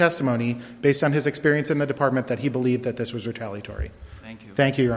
testimony based on his experience in the department that he believed that this was a tele tory thank you